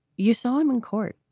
you saw him in court.